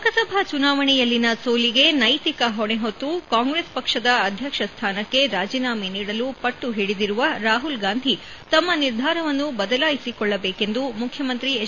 ಲೋಕಸಭೆ ಚುನಾವಣೆಯಲ್ಲಿನ ಸೋಲಿಗೆ ನೈತಿಕ ಹೊಣೆ ಹೊತ್ತು ಕಾಂಗ್ರೆಸ್ ಪಕ್ಷದ ಅಧ್ಯಕ್ಷ ಸ್ಥಾನಕ್ಕೆ ರಾಜೀನಾಮೆ ನೀಡಲು ಪಟ್ಟು ಹಿಡಿದಿರುವ ರಾಹುಲ್ ಗಾಂಧಿ ತಮ್ಮ ನಿರ್ಧಾರವನ್ನು ಬದಲಾಯಿಸಿಕೊಳ್ಳಬೇಕೆಂದು ಮುಖ್ಯಮಂತ್ರಿ ಎಚ್